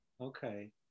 Okay